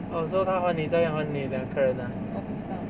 orh so 他还妳再还妳两个人啊